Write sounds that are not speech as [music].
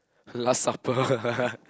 last supper [laughs]